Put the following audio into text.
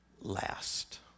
last